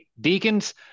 Deacons